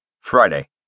Friday